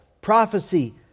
prophecy